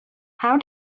how